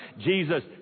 Jesus